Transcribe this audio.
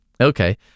Okay